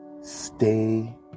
Stay